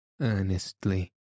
earnestly